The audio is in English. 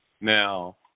now